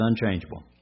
unchangeable